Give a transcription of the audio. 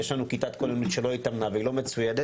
יש לנו כיתת כוננות שלא התאמנה והיא לא מצוידת,